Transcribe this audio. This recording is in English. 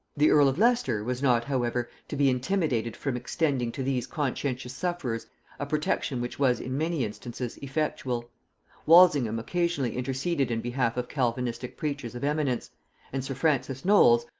the earl of leicester was not however to be intimidated from extending to these conscientious sufferers a protection which was in many instances effectual walsingham occasionally interceded in behalf of calvinistic preachers of eminence and sir francis knolles,